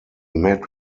met